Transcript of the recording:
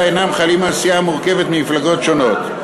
אינם חלים על סיעה המורכבת ממפלגות שונות.